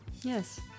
Yes